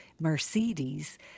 Mercedes